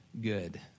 good